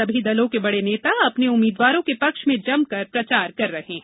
सभी दलों के बड़े नेता अपने उम्मीद्वारों के पक्ष में जमकर प्रचार कर रहे हैं